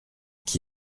qui